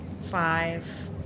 Five